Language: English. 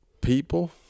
People